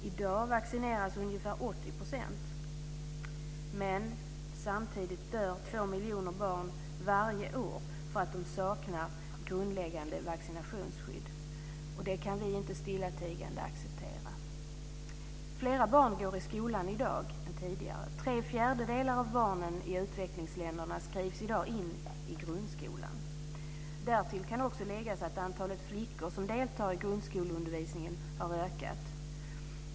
I dag vaccineras ungefär 80 %. Men samtidigt dör två miljoner barn varje år för att de saknar grundläggande vaccinationsskydd. Det kan vi inte stillatigande acceptera. Fler barn går i skolan i dag än tidigare. Tre fjärdedelar av barnen i utvecklingsländerna skrivs i dag in i grundskolan. Därtill kan också läggas att antalet flickor som deltar i grundskoleundervisningen har ökat.